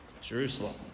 Jerusalem